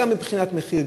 גם מבחינת מחיר,